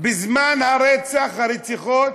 בזמן הרציחות,